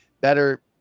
better